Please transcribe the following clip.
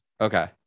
okay